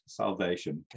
salvation